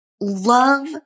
love